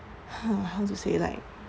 !huh! how to say like